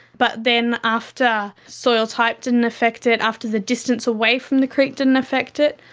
but then after soil type didn't affect it, after the distance away from the creek didn't affect it,